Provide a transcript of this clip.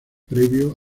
previo